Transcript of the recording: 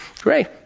Great